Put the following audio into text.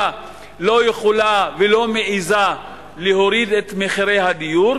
לא יכולה ולא מעזה להוריד את מחירי הדיור,